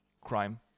crime